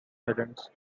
islands